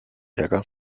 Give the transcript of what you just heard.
ärger